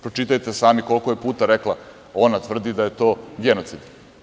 Pročitajte sami koliko je puta rekla, ona tvrdi da je to genocid.